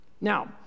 Now